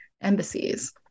embassies